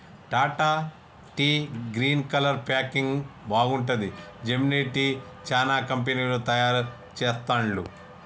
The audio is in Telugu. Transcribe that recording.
Tata tea green colour packing బాగుంటది, జెమినీ టీ, చానా కంపెనీలు తయారు చెస్తాండ్లు